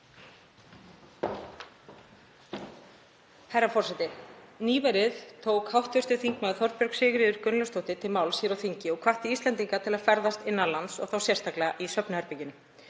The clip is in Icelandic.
Herra forseti. Nýverið tók hv. þm. Þorbjörg Sigríður Gunnlaugsdóttir til máls hér á þingi og hvatti Íslendinga til að ferðast innan lands og þá sérstaklega í svefnherberginu.